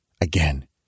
Again